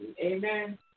Amen